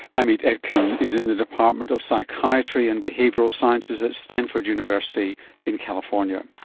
amit etkin is in the department of psychiatry and behavioural sciences at stanford university in california.